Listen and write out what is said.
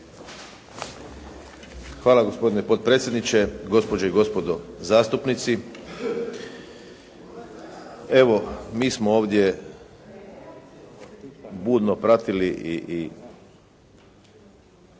Hvala gospodine potpredsjedniče. Gospođe i gospodo zastupnici, evo mi smo ovdje budno pratili i